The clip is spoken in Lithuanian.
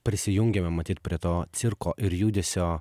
prisijungėme matyt prie to cirko ir judesio